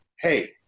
hey